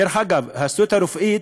דרך אגב, ההסתדרות הרפואית,